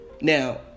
Now